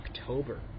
October